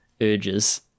urges